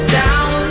down